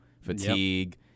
fatigue